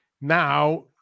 Now